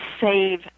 save